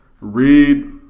read